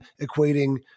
equating